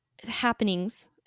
happenings